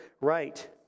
right